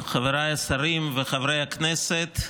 חבריי השרים וחברי הכנסת,